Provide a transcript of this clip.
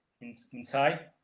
Inside